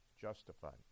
justified